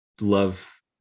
Love